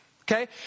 Okay